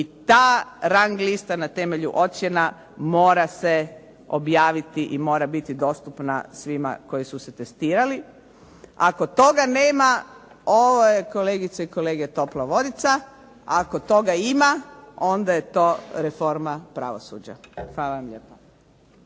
i ta rang lista na temelju ocjena mora se objaviti i mora biti dostupna svima koji su se testirali. Ako toga nema ovo je kolegice i kolege topla vodica. Ako toga ima onda je to reforma pravosuđa. Hvala vam lijepa.